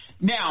Now